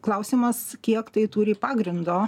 klausimas kiek tai turi pagrindo